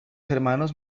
hermanos